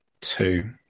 Two